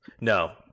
No